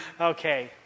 Okay